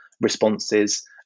responses